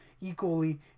equally